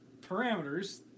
parameters